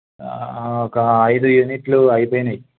ఒక ఐదు యూనిట్లు అయిపోయినాయి